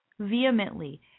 vehemently